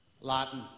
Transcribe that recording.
Latin